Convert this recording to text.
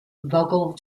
vocal